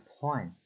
point